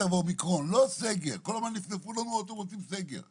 בין הרצון שלנו להשאיר את המשק